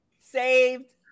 saved